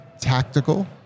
tactical